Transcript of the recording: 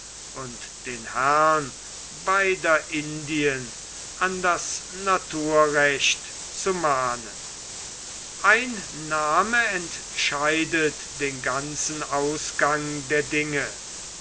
und den herrn beider indien an das naturrecht zu mahnen ein name entscheidet den ganzen ausgang der dinge